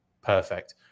perfect